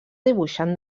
dibuixant